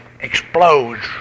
explodes